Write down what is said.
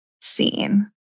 seen